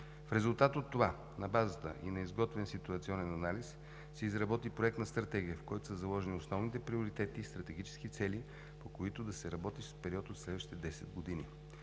В резултат от това, на базата и на изготвен ситуационен анализ, се изработи проект на стратегия, в който са заложени основните приоритети и стратегически цели, по които да се работи в период от следващите 10 години.